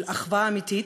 של אחווה אמיתית,